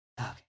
Okay